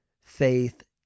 faith